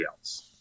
else